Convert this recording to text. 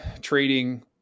trading